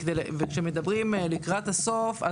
כשמדברים לקראת הסוף,